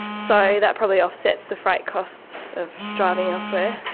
so that probably offsets the freight costs of driving elsewhere.